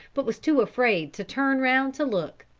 but was too afraid to turn round to look,